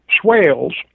swales